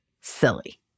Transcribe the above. silly